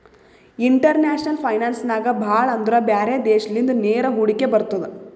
international finance ನಾಗ್ ಭಾಳ ಅಂದುರ್ ಬ್ಯಾರೆ ದೇಶಲಿಂದ ನೇರ ಹೂಡಿಕೆ ಬರ್ತುದ್